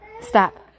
Stop